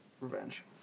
Revenge